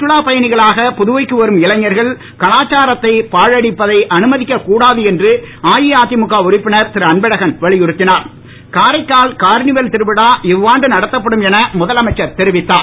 சுற்றுலா பயணிகளாக புதுவைக்கு வரும் இளைஞர்கள் கலாச்சாரத்தைப் பாழடிப்பதை அனுமதிக்க கூடாது என்று அஇஅதிமுக உறுப்பினர் திரு அன்பழகன் வலியுறுத்தினார்காரைக்கால் கார்னிவெல் திருவிழா இவ்வாண்டு நடத்தப்படும் என முதலமைச்சர் தெரிவித்தார்